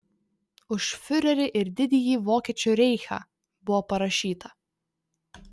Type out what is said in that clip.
už fiurerį ir didįjį vokiečių reichą buvo parašyta